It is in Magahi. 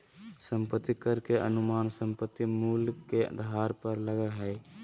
संपत्ति कर के अनुमान संपत्ति मूल्य के आधार पर लगय हइ